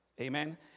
amen